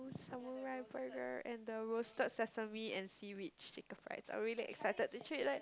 samurai burger and the roasted sesame and seaweed shaker fries I'm really excited to try that